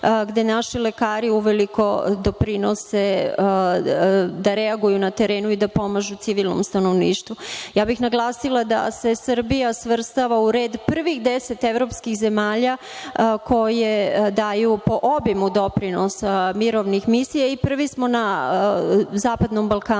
gde naši lekari uveliko doprinose da reaguju na terenu i da pomažu civilnom stanovništvu. Ja bih naglasila da se Srbija svrstava u prvih 10 evropskih zemalja koje daju po obimu doprinosa mirovnih misija i prvi smo na zapadnom Balkanu.